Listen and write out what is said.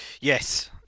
Yes